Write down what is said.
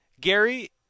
Gary